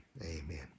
amen